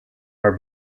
are